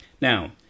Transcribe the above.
now